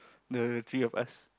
the three of us